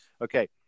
okay